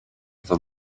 the